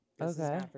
Okay